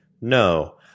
No